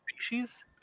species